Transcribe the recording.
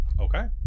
Okay